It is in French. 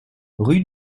rue